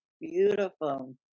beautiful